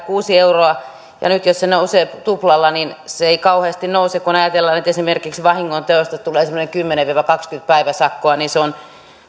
kuusi euroa ja nyt jos se nousee tuplalla niin se ei kauheasti nouse kun ajatellaan että esimerkiksi vahingonteosta tulee semmoinen kymmenen viiva kaksikymmentä päiväsakkoa niin se on